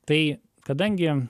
tai kadangi